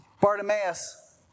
Bartimaeus